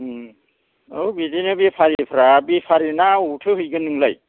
ओम औ बिदिनो बेफारिफ्रा बेफारि ना अबावथो हैगोन नोंलाय